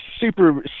super